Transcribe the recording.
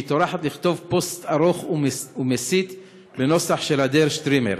והיא טורחת לכתוב פוסט ארוך ומסית בנוסח של ה"דר שטרימר".